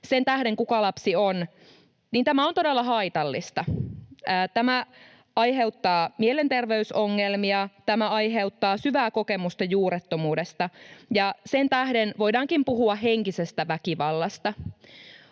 sen tähden, kuka lapsi on, niin tämä on todella haitallista. Tämä aiheuttaa mielenterveysongelmia, tämä aiheuttaa syvää kokemusta juurettomuudesta, ja sen tähden voidaankin puhua henkisestä väkivallasta.